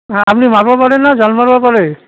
আপুনি মাৰিব পাৰেনে জাল মাৰিব পাৰে